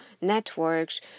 networks